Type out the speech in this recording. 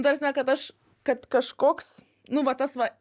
ta prasme kad aš kad kažkoks nu va tas va